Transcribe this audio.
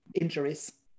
injuries